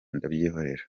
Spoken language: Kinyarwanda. ndabyihorera